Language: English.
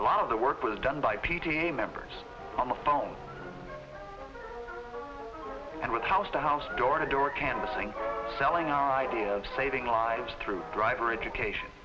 a lot of the work was done by p t a members on the phone and with house to house door to door canvassing selling our idea of saving lives through driver education